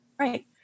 Right